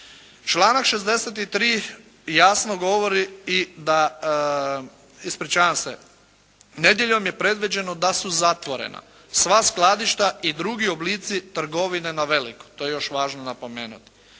Članak 63. jasno govori i da, ispričavam se, nedjeljom je predviđeno da su zatvorena sva skladišta i drugi oblici trgovine na veliko, to je još važno napomenut.